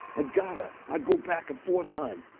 ah got to. i go back a fourth time.